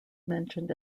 mentioned